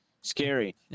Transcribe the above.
Scary